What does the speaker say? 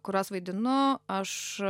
kuriuos vaidinu aš